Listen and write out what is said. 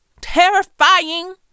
terrifying